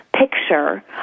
Picture